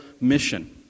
mission